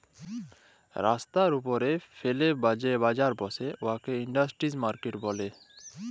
রাস্তার উপ্রে ফ্যাইলে যে বাজার ব্যসে উয়াকে ইস্ট্রিট মার্কেট ব্যলে